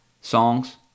songs